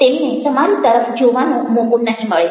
તેમને તમારી તરફ જોવાનો મોકો નહિ મળે